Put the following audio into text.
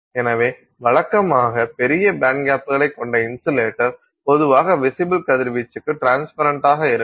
எனவே வழக்கமாக பெரிய பேண்ட்கேப்களைக் கொண்ட இன்சுலேட்டர் பொதுவாக விசிபில் கதிர்வீச்சுக்கு டிரன்ஸ்பரெண்டாக இருக்கும்